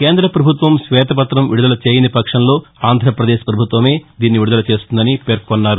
కేంద్ర పభుత్వం శ్వేతపత్రం విడుదల చేయని పక్షంలో ఆంధ్రప్రదేశ్ పభుత్వమే దీనిని విడుదల చేస్తుందని పేర్కొన్నారు